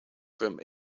from